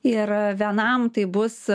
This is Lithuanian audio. ir vienam tai bus